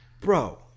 Bro